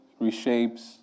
reshapes